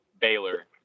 Baylor